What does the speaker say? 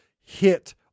hit